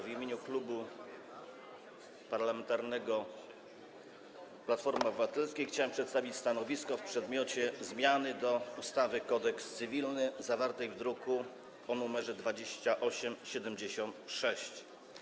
W imieniu Klubu Parlamentarnego Platforma Obywatelska chciałem przedstawić stanowisko w przedmiocie zmiany ustawy Kodeks cywilny, zawartej w druku nr 2876.